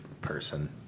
person